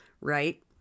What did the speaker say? right